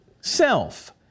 self